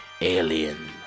Alien